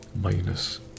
minus